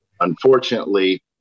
Unfortunately